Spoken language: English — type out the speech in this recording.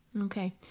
Okay